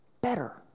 better